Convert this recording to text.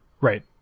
Right